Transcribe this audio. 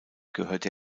gehörte